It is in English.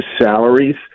salaries